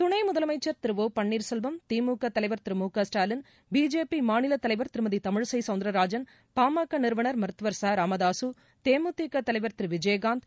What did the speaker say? துணை முதலமைச்சர் திரு ஒ பன்னீர் செல்வம் திமுக தலைவா் திரு மு க ஸ்டாவின் பிஜேபி மாநில தலைவர் திருமதி தமிழிசை சௌந்தர்ராஜன் பாம நிறுவனர் மருத்துவர் ச ராமதாசு தேமுதிக தலைவர் திரு விஜயகாந்த்